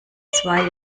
zwei